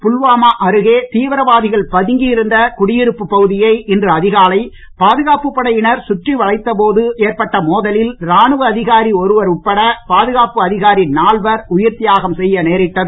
புல்வாமா அருகே தீவிரவாதிகள் பதுங்கி இருந்த குடியிருப்பு பகுதியை இன்று அதிகாலை பாதுகாப்பு படையினர் சுற்றி வளைத்த போது ஏற்பட்ட மோதலில் ராணுவ அதிகாரி ஒருவர் உட்பட பாதுகாப்பு அதிகாரி நால்வர் உயிர் தியாகம் செய்ய நேரிட்டது